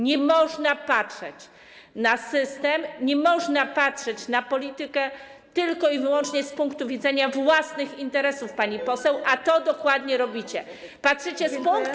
Nie można patrzeć na system, nie można patrzeć na politykę tylko i wyłącznie z punktu widzenia własnych interesów, pani poseł, a to dokładnie robicie, patrzycie z punktu.